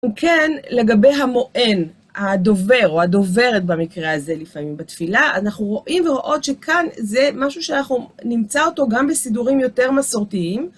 וכן, לגבי המוען, הדובר או הדוברת במקרה הזה, לפעמים בתפילה, אנחנו רואים ורואות שכאן זה משהו שאנחנו נמצא אותו גם בסידורים יותר מסורתיים.